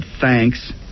thanks